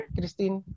Christine